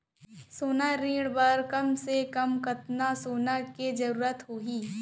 सोना ऋण बर कम से कम कतना सोना के जरूरत होही??